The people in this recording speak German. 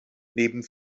neben